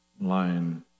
line